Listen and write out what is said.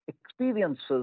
experiences